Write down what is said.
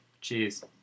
Cheers